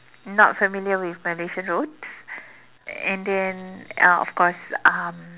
not familiar with Malaysian roads and then uh of course um